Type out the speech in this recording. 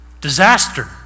Disaster